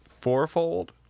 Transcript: fourfold